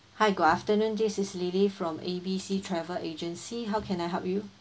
hi good afternoon this is lily from A B C travel agency how can I help you